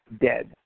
dead